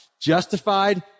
Justified